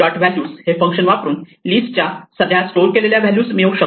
values हे function वापरून लिस्टच्या सध्या स्टोअर केलेल्या व्हॅल्यूज मिळवू शकतो